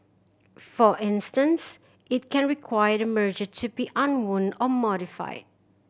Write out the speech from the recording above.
for instance it can require the merger to be unwound or modified